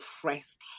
pressed